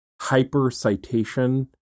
hyper-citation